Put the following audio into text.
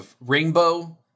Rainbow